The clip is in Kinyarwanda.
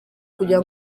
kugira